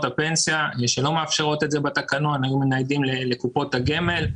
הפנסיה שלא מאפשרות את זה בתקנון והיו מניידים לקופות הגמל.